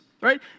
right